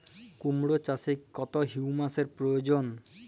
কুড়মো চাষে কত হিউমাসের প্রয়োজন?